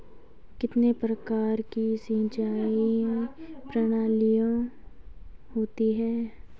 कितने प्रकार की सिंचाई प्रणालियों होती हैं?